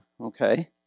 okay